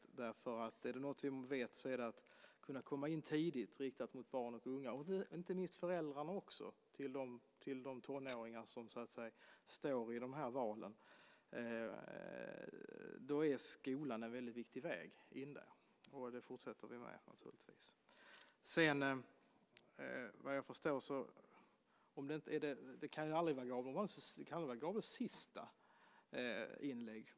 Är det något vi vet är det att skolan är en väldigt viktig väg att komma in tidigt, riktat mot barn och unga, och inte minst mot föräldrarna till de tonåringar som står inför de här valen. Det fortsätter vi naturligtvis med. Det kan väl inte vara Gabriel Romanus sista inlägg?